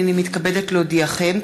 הנני מתכבדת להודיעכם,